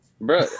Bro